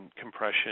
compression